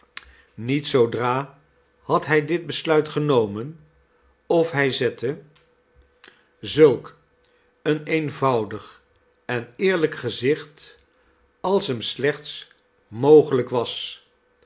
niet zoodra had hij dit besluit genomen of hij zette zulk een eenvoudig en eerlijk gezicht als hem slechts mogelijk was